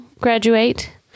graduate